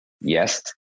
Yes